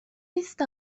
نیست